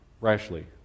rashly